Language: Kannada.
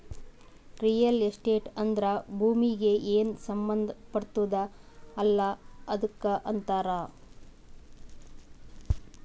ರಿಯಲ್ ಎಸ್ಟೇಟ್ ಅಂದ್ರ ಭೂಮೀಗಿ ಏನ್ ಸಂಬಂಧ ಪಡ್ತುದ್ ಅಲ್ಲಾ ಅದಕ್ ಅಂತಾರ್